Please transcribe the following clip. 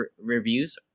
reviews